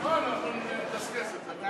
אנחנו נדסקס את זה.